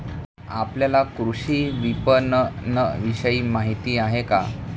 आपल्याला कृषी विपणनविषयी माहिती आहे का?